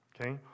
okay